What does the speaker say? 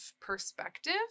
perspective